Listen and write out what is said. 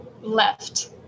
left